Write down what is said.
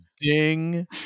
Ding